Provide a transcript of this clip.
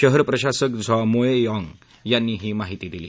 शहर प्रशासक झॉ मोये िंग यांनी ही माहिती दिली